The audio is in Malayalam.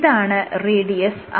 ഇതാണ് റേഡിയസ് r